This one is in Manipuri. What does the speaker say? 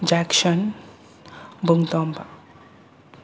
ꯖꯦꯛꯁꯟ ꯕꯨꯡꯇꯣꯝꯕ